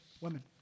women